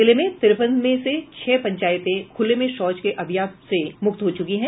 जिले में तिरेपन में से छह पंचायत खूले में शौच के अभिशाप से मुक्त हो चुकी हैं